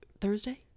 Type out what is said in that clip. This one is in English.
Thursday